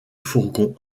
fourgon